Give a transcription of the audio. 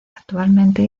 actualmente